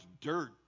dirt